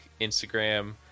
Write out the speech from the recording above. Instagram